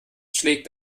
schlägt